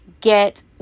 get